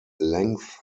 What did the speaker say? length